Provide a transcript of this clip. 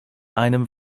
einem